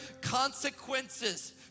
consequences